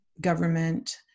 government